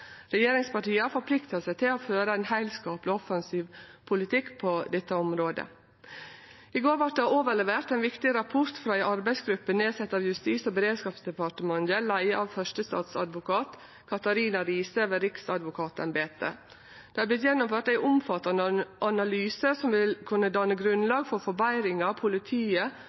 Regjeringspartia har forplikta seg til å føre ein heilskapleg og offensiv politikk på dette området. I går vart det overlevert ein viktig rapport frå ei arbeidsgruppe nedsett av Justis- og beredskapsdepartementet, leia av førstestatsadvokat Katharina Rise ved Riksadvokatembetet. Det har vorte gjennomført ein omfattande analyse som vil kunne danne grunnlag for forbetringar av politiet,